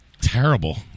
terrible